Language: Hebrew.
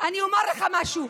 אני אומר לך משהו: